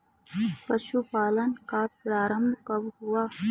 पशुपालन का प्रारंभ कब हुआ?